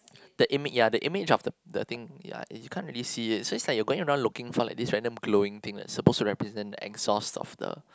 the image yeah the image of the the thing yeah and you can't really see it so is like you're going around looking for like this random glowing thing that's suppose to represents the exhaust of the